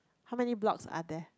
how many blocks are there